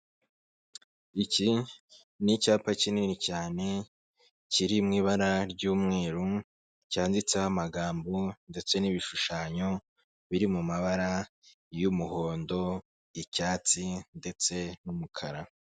Icyi ni icyapa kinini cyane, kiri mu ibara ry'umweru, cyanditseho amagambo, ndetse n'ibishushanyo, biri mu mabara y'umuhondo, icyatsi, ndetse n'umukara.